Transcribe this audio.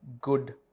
good